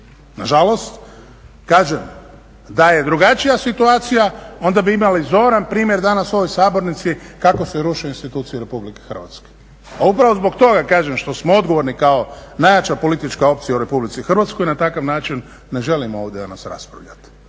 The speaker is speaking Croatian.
Nažalost, kažem, da je drugačija situacija onda bi imali zoran primjer danas u ovoj sabornici kako se ruši institucije RH. Upravo zbog toga kažem što smo odgovorni kao najjača politička opcija u RH, na takav način ne želimo ovo danas raspravljati.